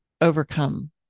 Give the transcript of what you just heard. overcome